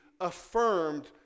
affirmed